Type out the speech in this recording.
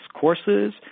courses